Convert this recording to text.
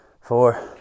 four